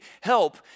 help